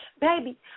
baby